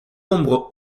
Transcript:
ombre